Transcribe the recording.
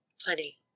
Plenty